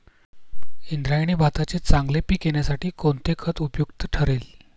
इंद्रायणी भाताचे चांगले पीक येण्यासाठी कोणते खत उपयुक्त ठरेल?